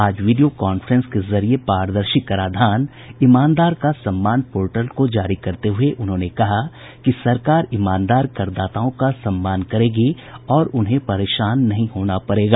आज video conferencing के जरिए पारदर्शी कराधान ईमानदार का सम्मान पोर्टल को जारी करते हुए उन्होंने कहा कि सरकार ईमानदार करदाताओं का सम्मान करेगी और उन्हें परेशान नहीं होना पड़ेगा